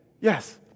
Yes